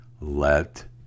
let